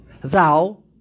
thou